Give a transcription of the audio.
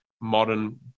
modern